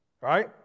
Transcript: Right